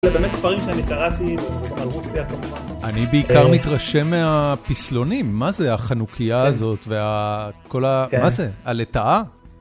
זה באמת ספרים שאני קראתי על רוסיה כמובן. אני בעיקר מתרשם מהפסלונים. מה זה החנוכיה הזאת והכל ה... מה זה? הלטאה?